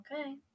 Okay